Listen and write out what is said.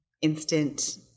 instant